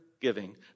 giving